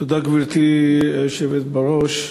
תודה, גברתי היושבת בראש,